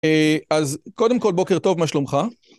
אה, אז קודם כל בוקר טוב, מה שלומך?